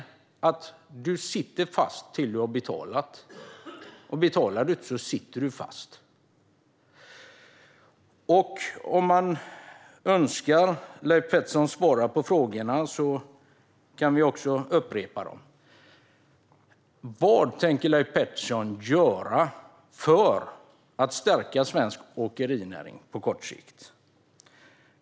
Man sitter fast tills man har betalat, och betalar man inte sitter man fast. Jag önskar att Leif Pettersson ska svara på frågorna och upprepar dem därför. Vad tänker Leif Pettersson göra för att stärka svensk åkerinäring på kort sikt?